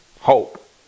Hope